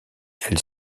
elle